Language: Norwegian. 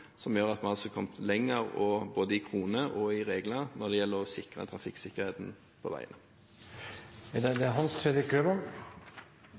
som gjør at vi altså har kommet lenger med kroner og regler når det gjelder å sikre trafikksikkerheten på veiene. Det er en målsetting å få til gode, trygge løsninger for syklende over det